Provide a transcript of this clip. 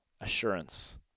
assurance